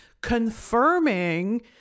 confirming